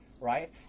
right